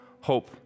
hope